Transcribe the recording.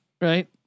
right